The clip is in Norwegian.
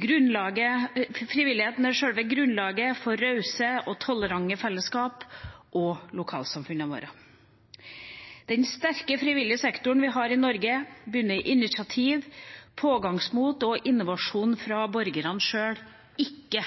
Frivilligheten er selve grunnlaget for rause og tolerante fellesskap og for lokalsamfunnene våre. Den sterke frivillige sektoren vi har i Norge, bunner i initiativ, pågangsmot og innovasjon fra borgerne sjøl – ikke